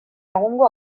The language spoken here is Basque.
egungo